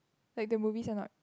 like the movies are not